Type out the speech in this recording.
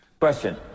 question